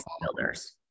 builders